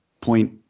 point –